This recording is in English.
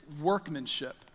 workmanship